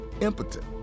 impotent